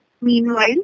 meanwhile